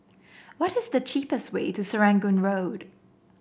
what is the cheapest way to Serangoon Road